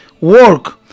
work